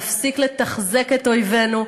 להפסיק לתחזק את אויבינו,